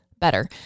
better